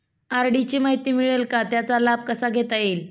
RD ची माहिती मिळेल का, त्याचा लाभ कसा घेता येईल?